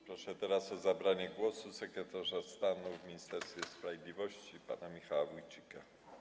Proszę o zabranie głosu sekretarza stanu w Ministerstwie Sprawiedliwości pana Michała Wójcika.